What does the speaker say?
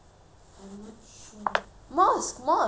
mosque mosque ang mo kio mosque பக்கத்தில:pakkatthilla